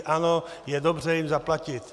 Ano, je dobře jim zaplatit.